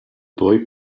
boy